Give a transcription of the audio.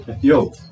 Yo